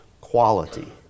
quality